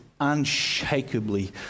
unshakably